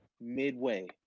midway